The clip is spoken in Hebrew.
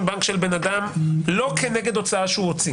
בנק של בן אדם לא כנגד הוצאה שהוא הוציא